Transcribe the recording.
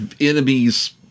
enemies